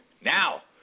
Now